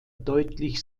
deutlich